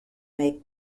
make